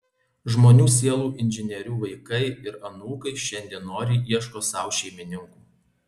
žmonių sielų inžinierių vaikai ir anūkai šiandien noriai ieško sau šeimininkų